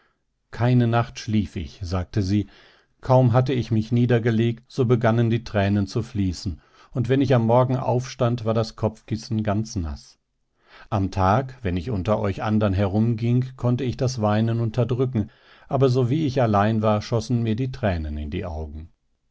keine nacht schlief ich sagte sie kaum hatte ich mich niedergelegt so begannen die tränen zu fließen und wenn ich am morgen aufstand war das kopfkissen ganz naß am tag wenn ich unter euch andern herumging konnte ich das weinen unterdrücken aber sowie ich allein war schossen mir die tränen in die augen